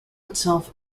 itself